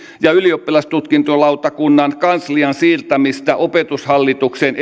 ja ylioppilastutkintolautakunnan kanslian siirtämistä opetushallituksen